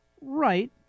Right